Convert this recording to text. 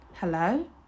Hello